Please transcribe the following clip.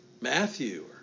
Matthew